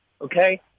okay